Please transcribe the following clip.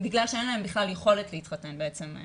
בגלל שאין להם בכלל יכולת להתחתן בעצם.